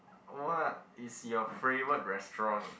what is your favorite restaurant